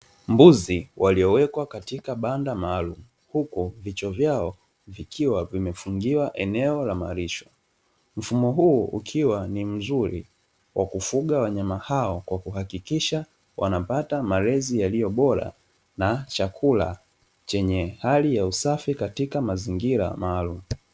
Mbuzi waliowekwa katika banda maalumu, huku vichwa vyao vikiwa vimefungiwa eneo la malisho. Mfumo huu ukiwa ni mzuri wa kufuga wanyama hao, kwa kuhakikisha wanapata malezi yaliyo bora, na chakula chenye hali ya usafi katika malezi maalumu.